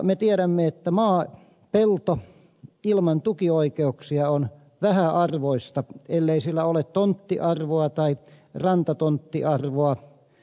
me tiedämme että maa pelto ilman tukioikeuksia on vähäarvoista ellei sillä ole tonttiarvoa tai rantatonttiarvoa